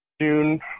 June